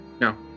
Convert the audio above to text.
no